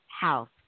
House